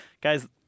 Guys